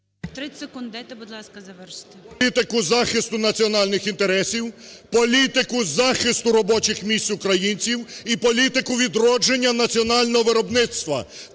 політику захисту національних інтересів, політику захисту робочих місць українців і політику відродження національного виробництва.